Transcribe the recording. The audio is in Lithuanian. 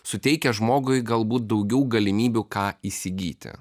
suteikia žmogui galbūt daugiau galimybių ką įsigyti